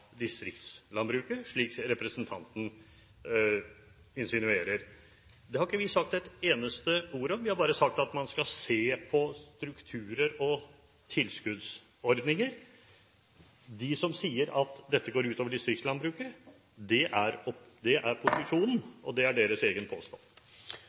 distriktslandbruket, slik representanten insinuerer. Det har ikke vi sagt et eneste ord om. Vi har bare sagt at man skal se på strukturer og tilskuddsordninger. De som sier at dette går ut over distriktslandbruket, er posisjonen, og det er deres egen påstand. Replikkordskiftet er